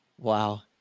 Wow